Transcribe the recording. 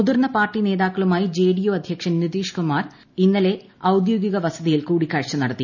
മുതിർന്ന പാർട്ടി നേതാക്കളുമായി ജെഡിയു അധ്യക്ഷൻ നിതീഷ് കുമാർ ഔദ്യോഗിക വസതിയിൽ ഇന്നലെ കൂടിക്കാഴ്ച നടത്തി